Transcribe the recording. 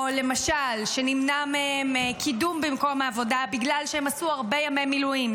או למשל שנמנע מהם קידום במקום העבודה בגלל שהם עשו הרבה ימי מילואים,